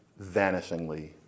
vanishingly